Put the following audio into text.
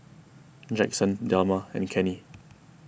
Jackson Delma and Kenney